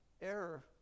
error